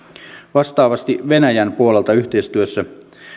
vastaavasti venäjän puolelta yhteistyössä